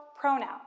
pronoun